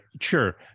sure